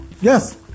yes